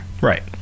Right